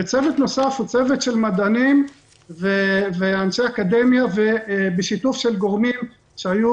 וצוות נוסף הוא צוות של מדענים ואנשי אקדמיה בשיתוף של גורמים שהיו